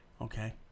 Okay